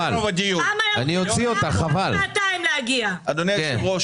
היא העבירה את הכסף למרכז הארץ,